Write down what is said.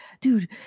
dude